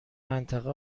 منطقه